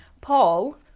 Paul